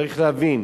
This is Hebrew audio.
צריך להבין,